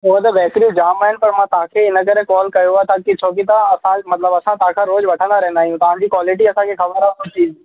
हूअं त बेकरियूं जाम आहिनि पर मां तव्हांखे हिन करे कॉल कयो आहे ताकी छोकी तव्हां असां मतलबु असां तव्हां खां रोज़ वठंदा रहंदा आहियूं तव्हांजी कॉलिटी असांखे ख़बर आहे